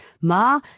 ma